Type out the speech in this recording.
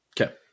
Okay